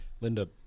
Linda